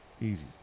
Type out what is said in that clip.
Easy